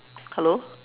hello